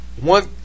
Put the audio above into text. one